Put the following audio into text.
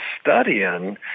studying